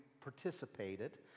participated